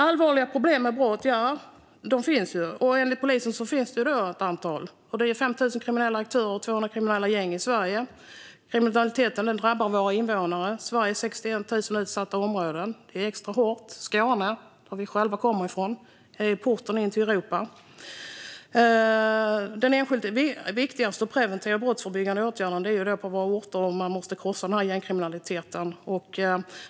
Allvarliga problem med brott - ja, de finns. Enligt polisen finns det 5 000 kriminella aktörer och 200 kriminella gäng i Sverige. Kriminaliteten drabbar våra invånare och Sveriges 61 000 utsatta områden extra hårt. Skåne, som vi själva kommer från, är ju porten till Europa. Den enskilt viktigaste brottsförebyggande åtgärden är att krossa gängkriminaliteten på våra orter.